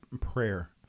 prayer